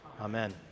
Amen